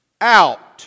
out